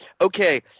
okay